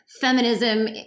feminism